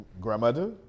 Grandmother